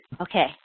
okay